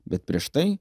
bet prieš tai